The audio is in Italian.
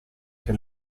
che